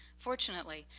fortunately,